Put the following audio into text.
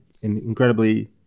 incredibly